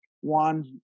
one